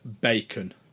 bacon